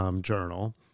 journal